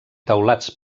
teulats